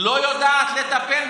לא יודעת לטפל?